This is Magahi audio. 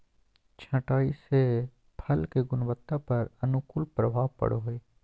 छंटाई से फल के गुणवत्ता पर अनुकूल प्रभाव पड़ो हइ